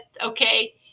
okay